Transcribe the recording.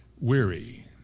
weary